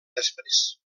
després